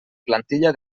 plantilla